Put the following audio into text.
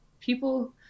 People